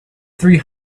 three